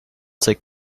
take